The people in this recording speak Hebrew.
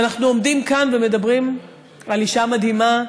ואנחנו עומדים כאן ומדברים על אישה מדהימה,